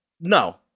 No